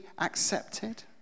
accepted